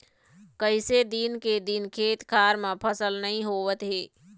कइसे दिन के दिन खेत खार म फसल नइ होवत हे